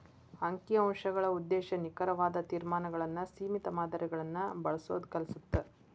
ಅಂಕಿ ಅಂಶಗಳ ಉದ್ದೇಶ ನಿಖರವಾದ ತೇರ್ಮಾನಗಳನ್ನ ಸೇಮಿತ ಮಾದರಿಗಳನ್ನ ಬಳಸೋದ್ ಕಲಿಸತ್ತ